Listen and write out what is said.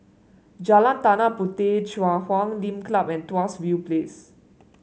Jalan Tanah Puteh Chui Huay Lim Club and Tuas View Place